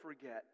forget